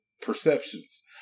perceptions